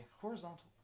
horizontal